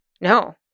No